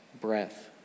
breath